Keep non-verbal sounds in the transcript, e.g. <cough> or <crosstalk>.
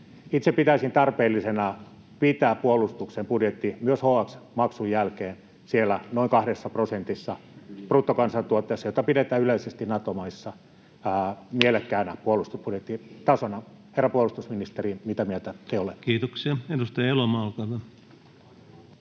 Itse pitäisin tarpeellisena pitää puolustuksen budjetin myös HX-maksun jälkeen siellä noin kahdessa prosentissa bruttokansantuotteesta, jota pidetään yleisesti Nato-maissa mielekkäänä puolustusbudjettitasona. <noise> Herra puolustusministeri, mitä mieltä te olette? [Speech 65] Speaker: